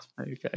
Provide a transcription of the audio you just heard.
Okay